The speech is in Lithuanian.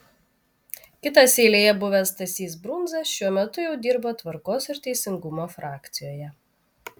kitas eilėje buvęs stasys brundza šiuo metu jau dirba tvarkos ir teisingumo frakcijoje